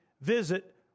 visit